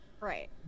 right